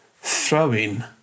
throwing